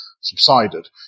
subsided